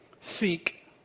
Seek